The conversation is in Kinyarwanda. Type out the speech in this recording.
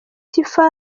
tiffah